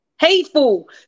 hateful